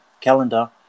calendar